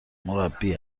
مربی